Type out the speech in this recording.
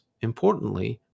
importantly